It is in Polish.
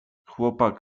chłopak